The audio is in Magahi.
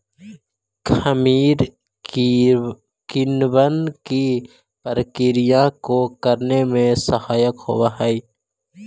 खमीर किणवन की प्रक्रिया को करने में सहायक होवअ हई